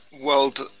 World